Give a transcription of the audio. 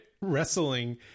wrestling